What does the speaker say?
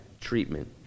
treatment